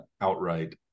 outright